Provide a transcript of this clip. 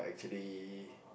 actually